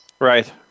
Right